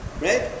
right